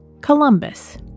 Columbus